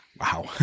Wow